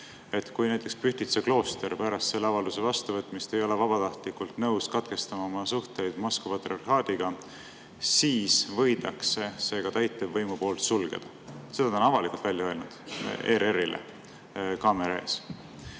et kui näiteks Pühtitsa klooster pärast selle avalduse vastuvõtmist ei ole vabatahtlikult nõus katkestama oma suhteid Moskva patriarhaadiga, siis võidakse see täitevvõimu poolt sulgeda. Seda ta on avalikult öelnud ERR‑ile kaamera ees.